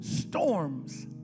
storms